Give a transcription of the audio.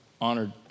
honored